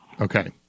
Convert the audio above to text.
Okay